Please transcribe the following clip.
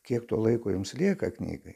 kiek to laiko jums lieka knygai